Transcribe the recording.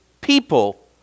people